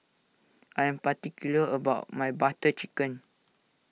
I am particular about my Butter Chicken